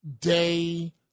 day